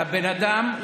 לבן אדם,